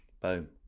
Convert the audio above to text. Boom